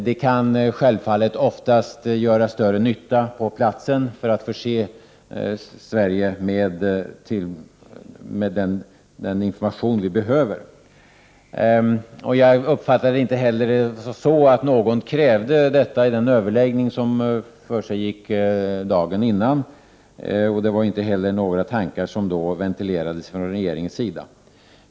De kan självfallet oftast göra större nytta på platsen genom att förse Sverige med den information som behövs. Jag uppfattar det inte heller som om någon krävde detta i den överläggning som försiggick dagen innan. Det var inte heller några tankar som ventilerades från regeringens sida.